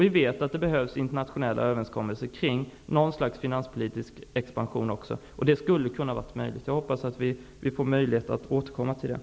Vi vet att det behövs internationella överenskommelser kring en finanspolitisk expansion, vilket borde ha varit möjligt att åstadkomma. Jag hoppas att vi får tillfälle att återkomma till detta.